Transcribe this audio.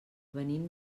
venim